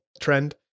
trend